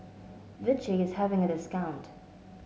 Vichy is having a discount